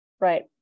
Right